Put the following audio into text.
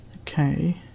Okay